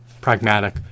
pragmatic